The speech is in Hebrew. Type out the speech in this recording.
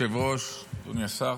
אדוני היושב-ראש, אדוני השר,